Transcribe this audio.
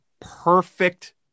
perfect